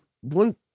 one